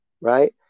right